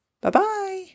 Bye-bye